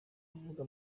kuvuga